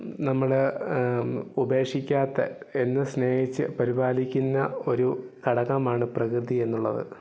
നമ്മുടെ ഉപേക്ഷിക്കാത്ത എന്നും സ്നേഹിച്ച് പരിപാലിക്കുന്ന ഒരു ഘടകമാണ് പ്രകൃതി എന്നുള്ളത്